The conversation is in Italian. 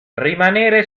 rimanere